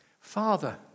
Father